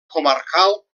comarcal